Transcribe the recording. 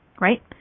Right